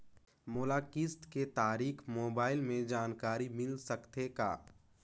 मोला किस्त के तारिक मोबाइल मे जानकारी मिल सकथे का?